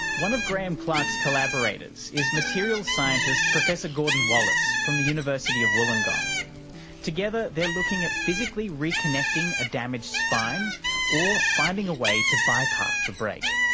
one of graeme clark's collaborators is materials scientist professor gordon wallace from the university of wollongong. together they are looking at physically reconnecting a damaged spine or finding a way to bypass the break.